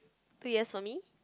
two years for me